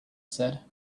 said